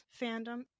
fandom